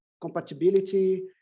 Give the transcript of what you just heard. compatibility